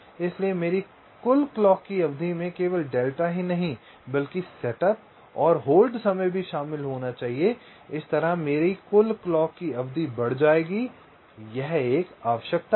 इसलिए मेरी कुल क्लॉक की अवधि में केवल डेल्टा ही नहीं बल्कि सेटअप और होल्ड समय भी शामिल होना चाहिए इस तरह से मेरी कुल क्लॉक की अवधि बढ़ जाएगी यह आवश्यकता थी